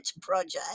project